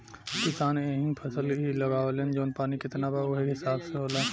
किसान एहींग फसल ही लगावेलन जवन पानी कितना बा उहे हिसाब से होला